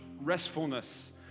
restfulness